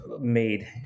made